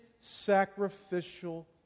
sacrificial